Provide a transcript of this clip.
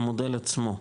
המודל עצמו,